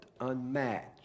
unmatched